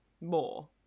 more